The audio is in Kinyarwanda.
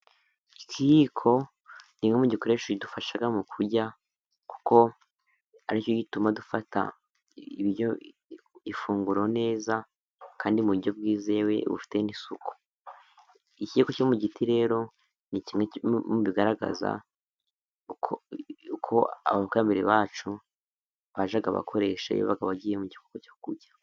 Ikiyiko ni ni bimwe mu gikoresha kidufasha mu kurya, kuko aricyo gituma dufata ifunguro neza kandi mu buryo bwizewe bufite n'isuku, ikiyiko cyo mu giti rero ni kimwe mu bigaragaza uko abakurambere bacu, bajyaga bakoresha iyo babaga bagiye mu gikorwa cyo kurya.